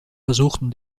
versuchten